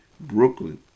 Brooklyn